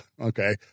okay